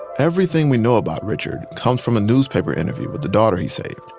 everything we know about richard comes from a newspaper interview with the daughter he saved.